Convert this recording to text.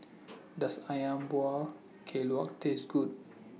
Does Ayam Buah Keluak Taste Good